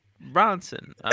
Bronson